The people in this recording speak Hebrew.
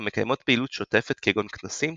המקיימות פעילות שוטפת כגון כנסים,